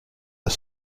are